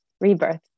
rebirth